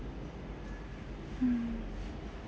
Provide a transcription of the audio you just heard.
mm